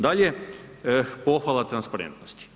Dalje, pohvala transparentnosti.